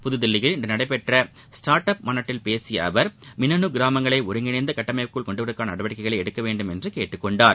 புதுதில்லியில் இன்று நடைபெற்ற ஸ்டார்ட்அப் மாநாட்டில் பேசிய அவர் இந்த மின்னனு கிராமங்களை ஒருங்கிணைந்த கட்டமைப்புக்குள் கொண்டு வருவதற்கான நடவடிக்கைகளை எடுக்க வேண்டும் என்றும் கேட்டுக் கொண்டார்